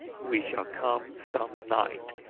we shall come some night.